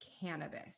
cannabis